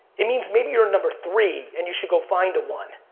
it means maybe you're number three and you should go find a one.